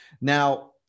Now